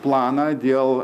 planą dėl